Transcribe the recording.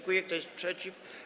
Kto jest przeciw?